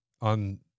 on